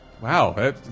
wow